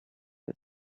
his